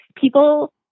people